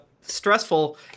stressful